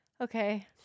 okay